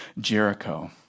Jericho